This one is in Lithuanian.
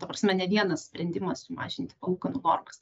ta prasme ne vienas sprendimas sumažinti palūkanų normas